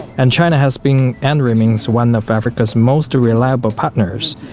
and china has been and remains one of africa's most reliable partners.